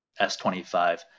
S25